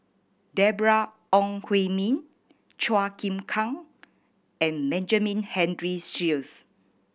Deborah Ong Hui Min Chua Chim Kang and Benjamin Henry Sheares